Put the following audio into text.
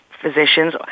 physicians